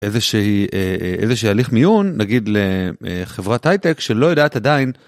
איזה שהיא איזה שהיא הליך מיון נגיד לחברת הייטק שלא יודעת עדיין.